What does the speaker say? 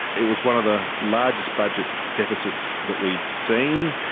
it was one of the largest budget deficits that we've seen.